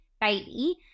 baby